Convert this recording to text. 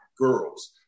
girls